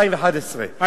סליחה,